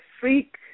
freak